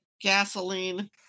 gasoline